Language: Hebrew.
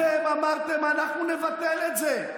אתם אמרתם, אנחנו נבטל את זה.